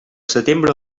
setembre